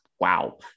wow